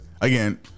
again